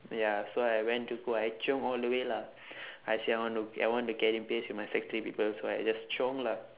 ya so I went to go I chiong all the way lah I say I want to I want to get in pace with my sec three people so I just chiong lah